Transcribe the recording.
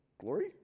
glory